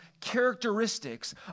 characteristics